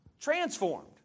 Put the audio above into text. transformed